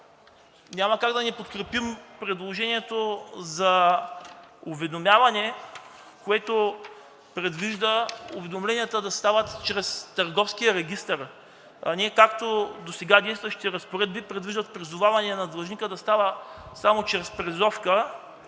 Няма как да не подкрепим предложението за уведомяване, което предвижда уведомленията да стават чрез Търговския регистър, а не както досега – действащите разпоредби предвиждат призоваванията на длъжника да става само чрез призовка.